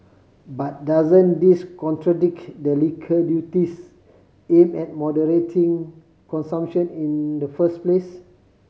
but doesn't this contradict the liquor duties aim at moderating consumption in the first place